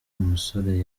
umusore